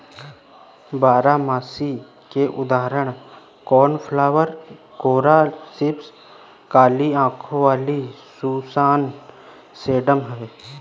बारहमासी के उदाहरण कोर्नफ्लॉवर, कोरॉप्सिस, काली आंखों वाली सुसान, सेडम हैं